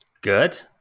Good